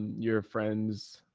your friends,